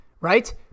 right